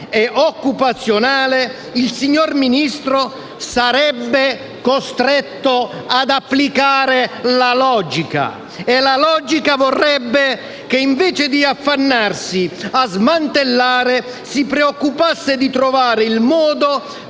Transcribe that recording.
e occupazionale, il signor Ministro sarebbe costretto ad applicare la logica. E la logica vorrebbe che, invece di affannarsi a smantellare, si preoccupasse di trovare il modo